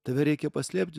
tave reikia paslėpti